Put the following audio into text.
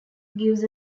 gives